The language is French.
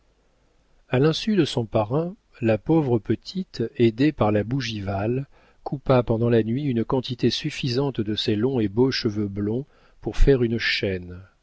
a l'insu de son parrain la pauvre petite aidée par la bougival coupa pendant la nuit une quantité suffisante de ses longs et beaux cheveux blonds pour faire une chaîne